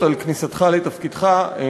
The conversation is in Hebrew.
כניסתך לתפקידך.